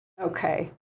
Okay